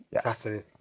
Saturday